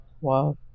Wow